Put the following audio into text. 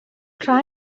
tra